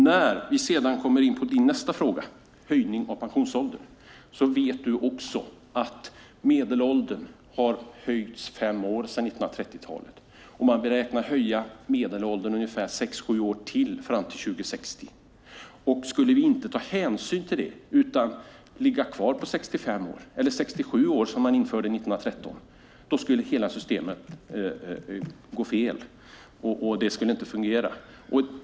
När vi sedan kommer in på din nästa fråga, Kurt Kvarnström, om höjningen av pensionsåldern, vet du också att medelåldern har höjts fem år sedan 1930-talet och beräknas höjas sex sju år till fram till 2060. Om vi inte skulle ta hänsyn till det utan ligga kvar på 65 år, eller 67 år som infördes 1913, skulle hela systemet gå fel, och det skulle inte fungera.